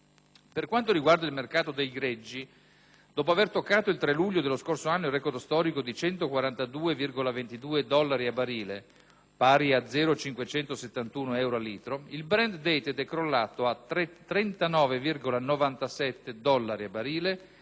Per quanto riguarda il mercato dei greggi, dopo aver toccato il 3 luglio dello scorso armo il record storico di 144,22 dollari a barile (pari a 0,571 euro a litro) il *brent dated* è crollato a 39,97 dollari a barile